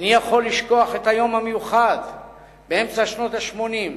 איני יכול לשכוח את היום המיוחד באמצע שנות ה-80,